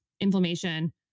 inflammation